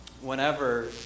whenever